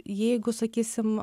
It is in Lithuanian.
jeigu sakysim